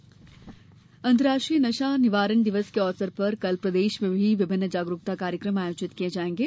नशा दिवस अंतर्राष्ट्रीय नशा निवारण दिवस के अवसर पर कल प्रदेश में भी विभिन्न जागरुकता कार्यक्रम आयोजित किए जाएंगे